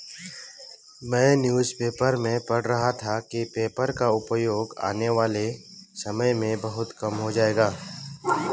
मैं newspaper में पढ़ रहा था कि पेपर का उपयोग आने वाले समय में बहुत कम हो जाएगा